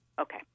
Okay